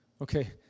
okay